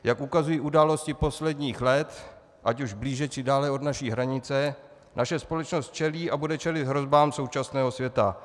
Jak ukazují události posledních let, ať už blíže či dále od naší hranice, naše společnost čelí a bude čelit hrozbám současného světa.